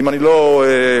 אם אני לא טועה,